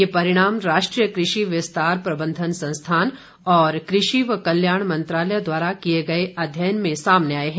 ये परिणाम राष्ट्रीय कृषि विस्तार प्रबंधन संस्थान और कृषि व कल्याण मंत्रालय द्वारा किए गए अध्ययन में सामने आए हैं